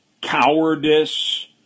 cowardice